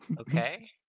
Okay